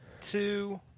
two